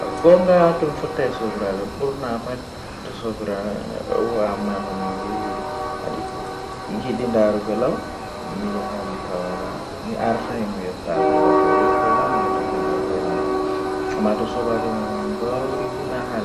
Eh ndikkima,I ,I daana be law nden mi fina bo be law, Dalila bo ko wadi ngam tomi yahan kuugal mifina be law mi dilla kuugal am egaa law nden tomi tomi warti mi somi mi lora